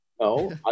No